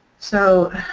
so